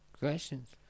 Questions